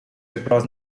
across